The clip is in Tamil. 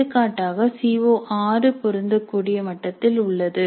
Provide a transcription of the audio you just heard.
எடுத்துக்காட்டாக சி ஓ6 பொருந்தக்கூடிய மட்டத்தில் உள்ளது